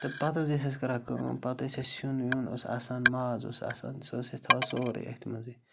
تہٕ پَتہٕ حظ ٲسۍ أسۍ کَران کٲم پَتہٕ ٲسۍ أسۍ سیُن ویُن اوس آسان ماز اوس آسان سُہ ٲسۍ أسۍ تھاوان سورُے أتھۍ منٛزٕے